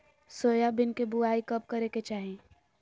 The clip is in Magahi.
सोयाबीन के बुआई कब करे के चाहि?